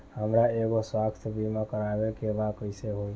हमरा एगो स्वास्थ्य बीमा करवाए के बा कइसे होई?